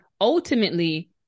ultimately